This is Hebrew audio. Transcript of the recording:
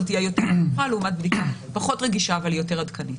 תהיה יותר נמוכה לעומת בדיקה פחות רגישה אבל יותר עדכנית.